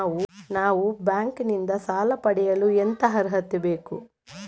ನಾವು ಬ್ಯಾಂಕ್ ನಿಂದ ಸಾಲ ಪಡೆಯಲು ಎಂತ ಅರ್ಹತೆ ಬೇಕು?